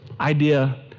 idea